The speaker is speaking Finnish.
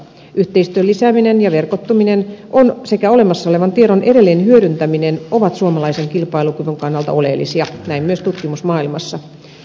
yhteistyön lisääminen ja verkottuminen sekä olemassa olevan tiedon edelleen hyödyntäminen ovat suomalaisen kilpailukyvyn kannalta oleellisia asioita näin myös tutkimusmaailmassa